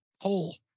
hole